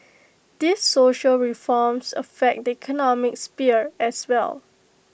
these social reforms affect the economic sphere as well